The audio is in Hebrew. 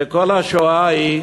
וכל השואה היא,